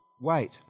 wait